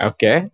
Okay